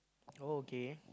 oh okay